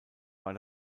war